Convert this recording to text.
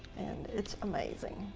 and it's amazing.